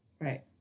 Right